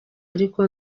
ariko